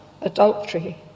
adultery